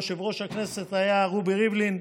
יושב-ראש הכנסת היה רובי ריבלין.